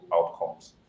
outcomes